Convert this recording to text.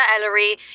Ellery